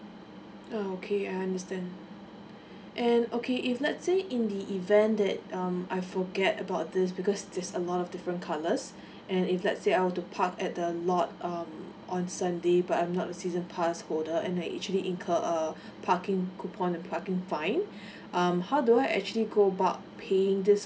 okay I understand and okay if let's say in the event that um I forget about this because there's a lot of different colours and if let's say I were to park at the lot um on sunday but I'm not a season pass holder and it's actually incur a parking coupon the parking fine um how do I actually go about paying this